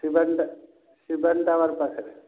ଶିବାନୀ ଟା ଶିବାନୀ ଟାୱାର ପାଖରେ